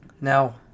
Now